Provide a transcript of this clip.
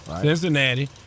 Cincinnati